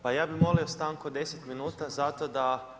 Pa ja bi molio stanku od 10 minuta zato da